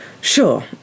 Sure